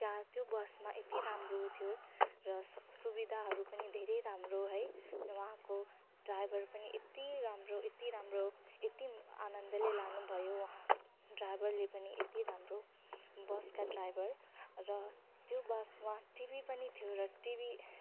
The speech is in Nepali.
त्यहाँ त्यो बसमा यत्ति राम्रो थियो र स सुविधाहरू पनि धेरै राम्रो है उहाँको ड्राइभर पनि यत्ति राम्रो यत्ति राम्रो यत्ति आनन्दले लानुभयो उहाँ ड्राइभरले पनि यत्ति राम्रो बसका ड्राइभर र त्यो बसमा टिभी पनि थियो र टिभी